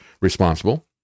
responsible